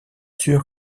sûr